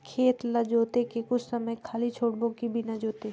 खेत ल जोत के कुछ समय खाली छोड़बो कि बिना जोते?